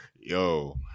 Yo